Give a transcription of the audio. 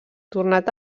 tornat